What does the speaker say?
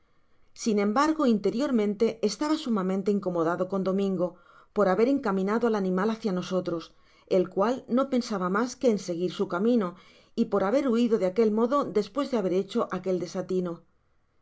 sin embargo f interiormente estaba sumamente incomodado con domingo por haber encamiuado al animal hácia nosotros el cual no pensaba mas que en seguir su camino y por haber huido de aquel modo despues de haber hecho aquel desatino